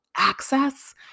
Access